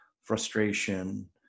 frustration